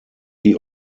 die